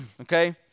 okay